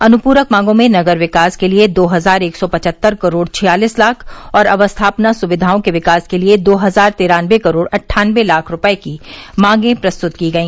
अनुपूरक मांगों में नगर विकास के लिये दो हजार एक सौ पचहत्तर करोड़ छियालीस लाख और अवस्थापना सुक्विाओं के विकास के तिये दो हजार तिरानवे करोड़ अट्ठानवे लाख रूपये की मांगे प्रस्तुत की गई